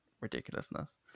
ridiculousness